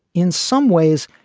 in some ways,